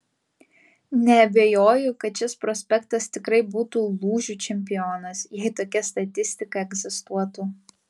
neabejoju kad šis prospektas tikrai būtų lūžių čempionas jei tokia statistika egzistuotų